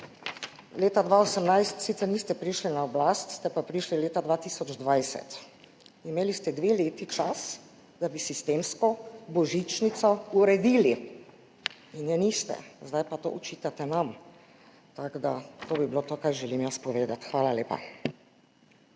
Leta 2018 sicer niste prišli na oblast, ste pa prišli leta 2020. Imeli ste dve leti časa, da bi sistemsko božičnico uredili. In je niste, zdaj pa to očitate nam. Tako da, to bi bilo to, kar želim jaz povedati. Hvala lepa.